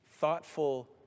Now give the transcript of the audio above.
thoughtful